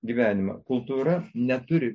gyvenimą kultūra neturi